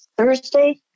Thursday